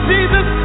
Jesus